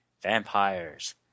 vampires